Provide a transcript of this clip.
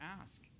ask